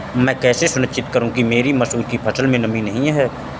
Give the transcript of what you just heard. मैं कैसे सुनिश्चित करूँ कि मेरी मसूर की फसल में नमी नहीं है?